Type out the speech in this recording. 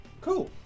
Cool